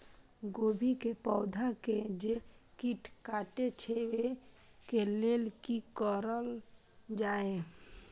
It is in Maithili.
गोभी के पौधा के जे कीट कटे छे वे के लेल की करल जाय?